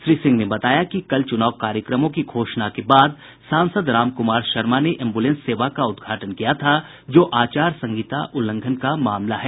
श्री सिंह ने बताया कि कल चुनाव कार्यक्रमों की घोषणा के बाद सांसद रामकुमार शर्मा ने एम्बुलेंस सेवा का उद्घाटन किया था जो आचार संहिता उल्लंघन का मामला है